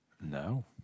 No